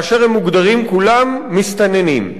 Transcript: והם מוגדרים כולם מסתננים.